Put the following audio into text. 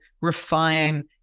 refine